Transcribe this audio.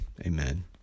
amen